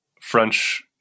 French